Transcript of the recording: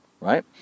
right